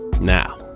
Now